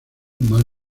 mal